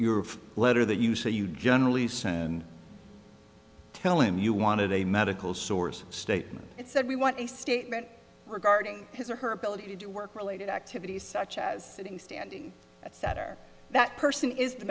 r letter that you say you generally san tell him you wanted a medical source statement it said we want a statement regarding his or her ability to do work related activities such as sitting standing at sattar that person is the